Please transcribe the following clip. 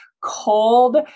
cold